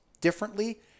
differently